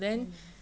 mmhmm